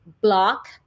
block